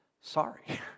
sorry